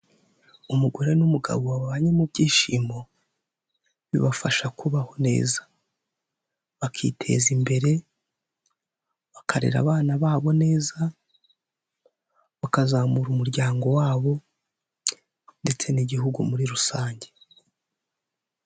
Umugore n'umugabo babanye mu byishimo bibafasha kubaho neza, bakiteza imbere, bakarera abana babo neza, bakazamura umuryango wabo ndetse n'igihugu muri rusange.